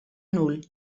nul